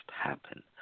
happen